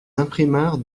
imprimeurs